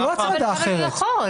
לא "הצמדה אחרת" -- אבל הוא יכול.